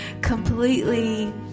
completely